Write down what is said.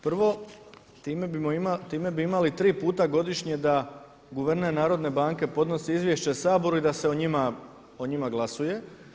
Prvo, time bi imali tri puta godišnje da guverner Narodne banke podnosi izvješće Saboru i da se o njima glasuje.